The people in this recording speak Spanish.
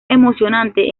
emocionante